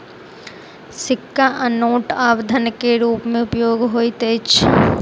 सिक्का आ नोट आब धन के रूप में उपयोग होइत अछि